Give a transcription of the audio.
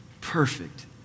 perfect